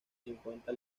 cincuenta